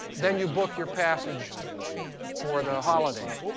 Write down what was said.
then you book your passage for the holidays.